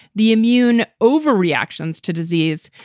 the immune overreactions to disease.